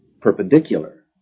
perpendicular